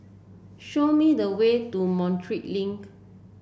show me the way to Montreal Link